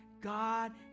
god